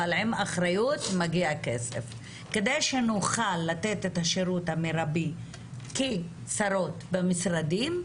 אבל עם אחריות מגיע כסף כדי שנוכל לתת את השירות המרבי כשרות משרדים.